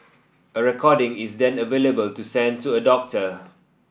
a recording is then available to send to a doctor